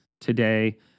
today